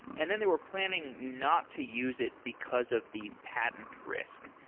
and then they were planning not to use it because of the patent risk.